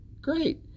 great